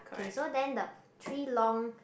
K so then the three long